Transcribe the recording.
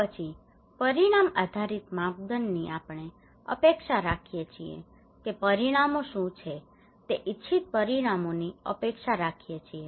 તો પછી પરિણામ આધારિત માપદંડની આપણે અપેક્ષા રાખીએ છીએ કે પરિણામો શું છે તે ઇચ્છિત પરિણામોની અપેક્ષા રાખીએ છે